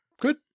Good